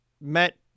met